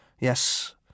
Yes